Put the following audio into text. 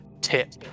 tip